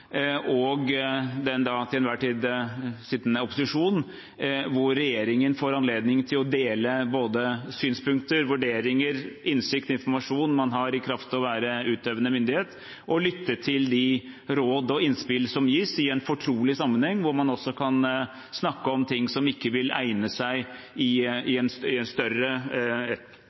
og den til enhver tid sittende opposisjon, hvor regjeringen får anledning til å dele både synspunkter, vurderinger, innsikt og informasjon man har i kraft av å være utøvende myndighet, og lytte til de råd og innspill som gis i en fortrolig sammenheng, hvor man også kan snakke om ting som ikke vil egne seg i en større forsamling – for ikke å snakke om i